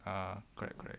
ah correct correct